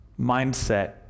mindset